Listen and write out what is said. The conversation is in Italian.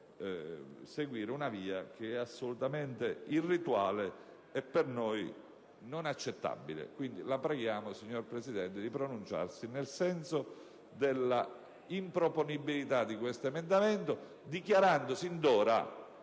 seguire una via che è assolutamente irrituale e per noi inaccettabile. La preghiamo, signor Presidente, di pronunciarsi nel senso dell'improponibilità di questo emendamento, dichiarando sin d'ora